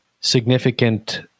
significant